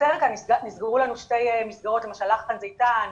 נסגרו לנו, למשל 'לחן זיתן'